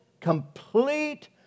complete